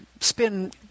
spin